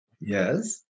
Yes